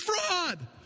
fraud